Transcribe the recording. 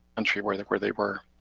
country where like where they were.